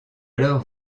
alors